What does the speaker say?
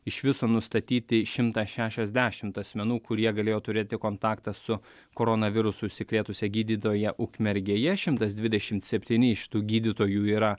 iš viso nustatyti šimtas šešiasdešimt asmenų kurie galėjo turėti kontaktą su koronavirusu užsikrėtusia gydytoja ukmergėje šimtas dvidešimt septyni iš tų gydytojų yra